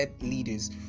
leaders